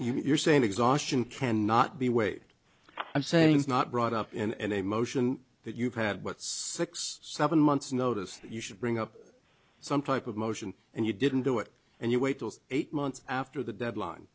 you're saying exhaustion cannot be weighed i'm saying it's not brought up and emotion that you've had what six seven months notice you should bring up some type of motion and you didn't do it and you wait till eight months after the deadline